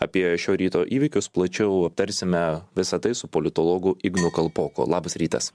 apie šio ryto įvykius plačiau aptarsime visa tai su politologu ignu kalpoku labas rytas